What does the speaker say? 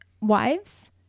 wives